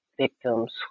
victims